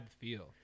feel